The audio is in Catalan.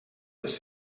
les